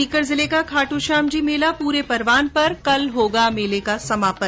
सीकर जिले का खाटूश्याम जी मेला पूरे परवान पर कल होगा मेले का समापन